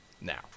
now